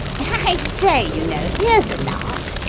i say, you know, here's a lark.